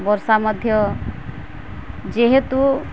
ବର୍ଷା ମଧ୍ୟ ଯେହେତୁ